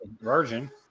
virgin